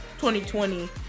2020